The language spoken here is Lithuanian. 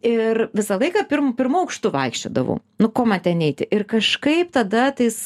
ir visą laiką pirmu pirmu aukštu vaikščiodavau nu ko man ten eiti ir kažkaip tada tais